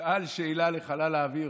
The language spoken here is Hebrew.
ושאל שאלה לחלל האוויר.